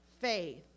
faith